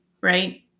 right